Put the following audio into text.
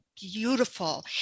beautiful